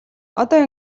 одоо